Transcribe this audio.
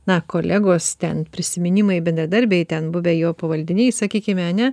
na kolegos ten prisiminimai bendradarbiai ten buvę jo pavaldiniai sakykime ane